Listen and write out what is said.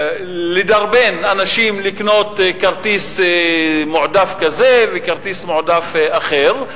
לדרבן אנשים לקנות כרטיס מועדף כזה וכרטיס מועדף אחר,